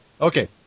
Okay